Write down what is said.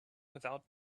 without